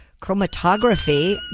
chromatography